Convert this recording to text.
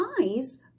eyes